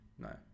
No